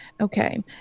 Okay